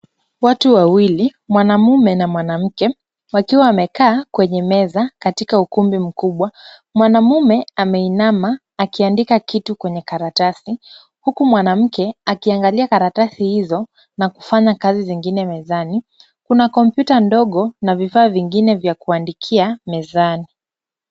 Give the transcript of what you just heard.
Watu wawili, mwanamume na mwanamke wakiwa wamekaa kwenye meza katika ukumbi mkubwa. Mwanamume ameinama akiandika kitu kwenye karatasi, huku mwanamke akiangalia karatasi hizo na kufanya kazi zingine mezani. Kuna kompyuta ndogo na vifaa vingine vya kuandikia mezani.